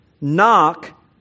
Knock